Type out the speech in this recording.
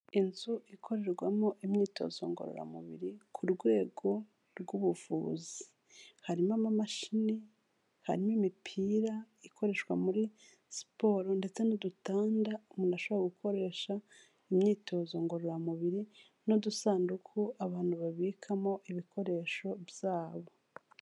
Inzu ikorerwamo imyitozo ngororamubiri ku rwego rw'ubuvuzi, harimo amamashini, harimo imipira ikoreshwa muri siporo ndetse n'udutanda umuntu ashobora gukoresha imyitozo ngororamubiri n'udusanduku abantu babikamo ibikoresho byabo.